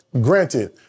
granted